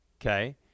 Okay